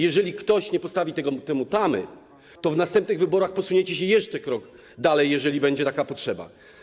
Jeżeli ktoś nie postawi temu tamy, to w następnych wyborach posuniecie się jeszcze krok dalej, jeżeli będzie taka potrzeba.